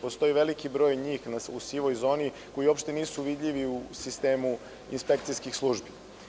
Postoji veliki broj njih u sivoj zoni koji uopšte nisu vidljivi u sistemu inspekcijskih službi.